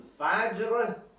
Fajr